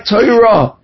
Torah